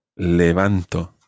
Levanto